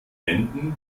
wänden